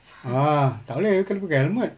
ah tak boleh ayah kena pakai helmet